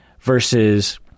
versus